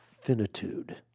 finitude